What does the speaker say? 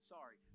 Sorry